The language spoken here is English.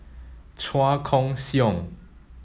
Chua Koon Siong